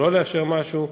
או לא לאשר משהו,